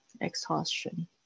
Exhaustion